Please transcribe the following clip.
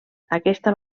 aquesta